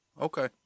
okay